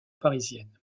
parisienne